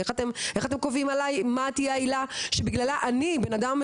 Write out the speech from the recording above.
איך אתם קובעים עליי מה תהיה העילה שבגללה אני בנאדם,